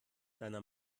deiner